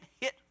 hit